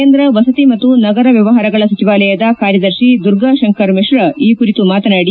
ಕೇಂದ್ರ ವಸತಿ ಮತ್ತು ನಗರ ವ್ಯವಹಾರಗಳ ಸಚಿವಾಲಯದ ಕಾರ್ಯದರ್ತಿ ದುರ್ಗಾ ಶಂಕರ್ ಮಿಶಾ ಈ ಕುರಿತು ಮಾತನಾಡಿ